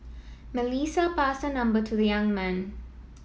Melissa passed her number to the young man